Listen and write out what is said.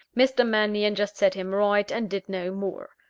mr. mannion just set him right and did no more.